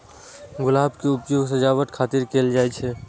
गुलाब के उपयोग सजावट खातिर कैल जाइ छै